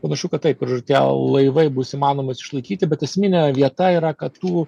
panašu kad taip ir tie laivai bus įmanomas išlaikyti bet esminė vieta yra kad tų